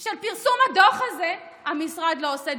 של פרסום הדוח הזה המשרד לא עושה.